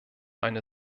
eine